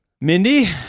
Mindy